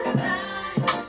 time